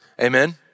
Amen